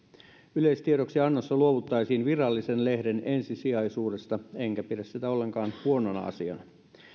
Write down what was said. yleistiedoksiannossa luovuttaisiin virallisen lehden ensisijaisuudesta enkä pidä sitä ollenkaan huonona asiana